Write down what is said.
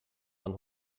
man